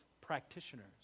practitioners